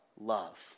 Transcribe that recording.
love